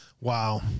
wow